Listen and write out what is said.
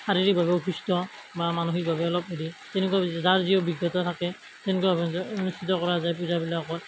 শাৰিৰীকভাৱে অসুস্থ বা মানসিকভাৱে অলপ হেৰি তেনেকুৱা যাৰ যি অভিজ্ঞতা থাকে তেনেকুৱা ভাৱে অনুষ্ঠিত কৰা যায় পূজাবিলাকত